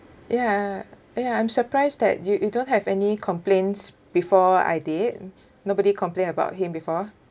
ya ya I'm surprised that you you don't have any complaints before I did nobody complain about him before